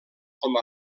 com